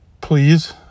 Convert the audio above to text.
Please